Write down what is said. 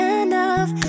enough